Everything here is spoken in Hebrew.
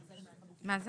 לא יודע